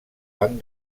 banc